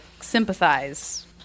sympathize